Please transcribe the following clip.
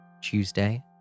Tuesday